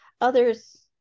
others